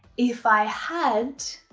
if i had.